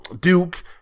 Duke